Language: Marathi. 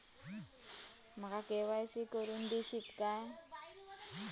माका के.वाय.सी करून दिश्यात काय?